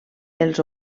els